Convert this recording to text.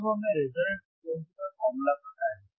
अब हमें resonant frequency का फार्मूला पता है